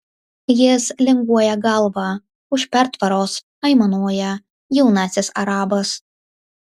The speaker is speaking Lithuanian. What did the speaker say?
jis linguoja galva už pertvaros aimanuoja jaunasis arabas